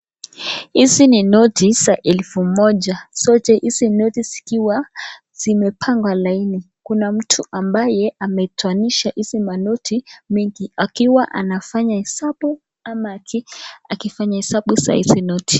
Hizi ni noti za elfu moja zote hizi noti zikiwa zimepangwa laini. Kuna mtu ambaye ametoanisha hizi manoti mengi akiwa anafanya hesabu ama akifanya hesabu za izi noti.